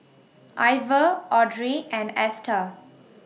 Iver Audrey and Esta